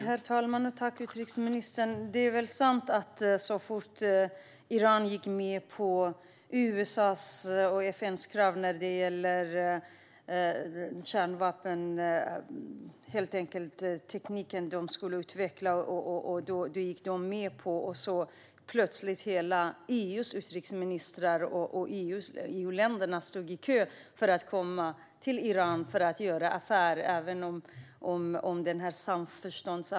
Herr talman! Jag tackar utrikesministern. Så fort Iran gick med på USA:s och FN:s krav vad gäller kärnvapentekniken stod plötsligt alla EU-länder och deras utrikesministrar i kö för att göra affärer i Iran.